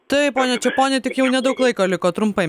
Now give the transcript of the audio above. taip pone pone tik jau nedaug laiko liko trumpai